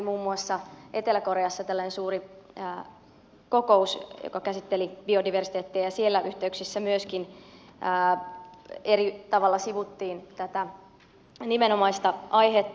muun muassa hiljattain oli etelä koreassa tällainen suuri kokous joka käsitteli biodiversiteettiä ja siellä myöskin eri tavoilla sivuttiin tätä nimenomaista aihetta